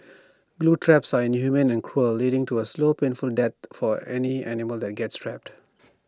glue traps are inhumane and cruel leading to A slow painful death for any animal that gets trapped